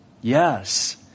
Yes